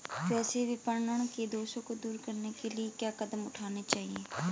कृषि विपणन के दोषों को दूर करने के लिए क्या कदम उठाने चाहिए?